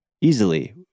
easily